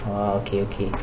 okay okay